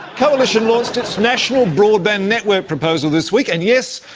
coalition launched its national broadband network proposal this week, and yes,